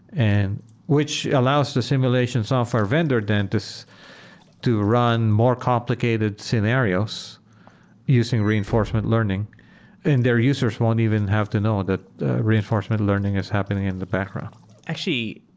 and which allows the simulation software vendor then to so to run more complicated scenarios using reinforcement learning and their users won't even have to know that reinforcement learning is happening in the background actually,